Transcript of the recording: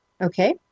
Okay